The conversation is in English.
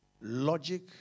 logic